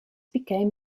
became